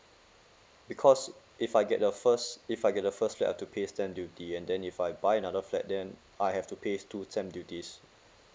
because if I get the first if I get the first flat I've to pay stamp duty and then if I buy another flat then I have to pays two stamp duties